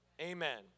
Amen